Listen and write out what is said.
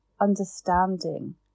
understanding